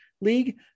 league